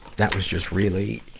that was just really,